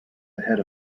ahead